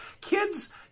kids